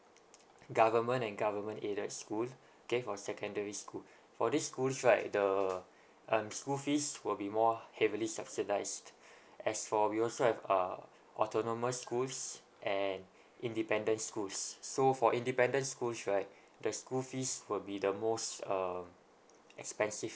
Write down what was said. government and government aided school okay for secondary school for this schools right the um school fees will be more heavily subsidised as for we also have uh autonomous schools and independent schools so for independent schools right the school fees will be the most um expensive